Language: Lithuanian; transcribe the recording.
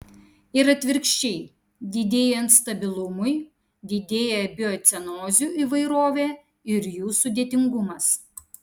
ir atvirkščiai didėjant stabilumui didėja biocenozių įvairovė ir jų sudėtingumas